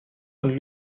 und